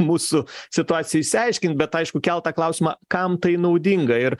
mūsų situaciją išsiaiškint bet aišku keltą klausimą kam tai naudinga ir